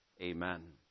Amen